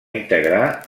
integrar